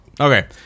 Okay